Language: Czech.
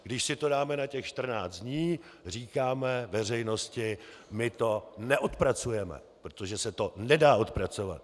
Když si to dáme na těch 14 dní, říkáme veřejnosti: My to neodpracujeme, protože se to nedá odpracovat.